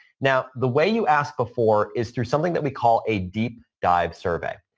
now, the way you ask before is there's something that we call a deep dive survey.